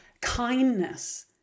kindness